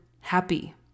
happy